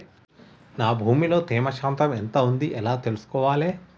నా భూమి లో తేమ శాతం ఎంత ఉంది ఎలా తెలుసుకోవాలే?